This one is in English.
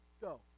go